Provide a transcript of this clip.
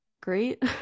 great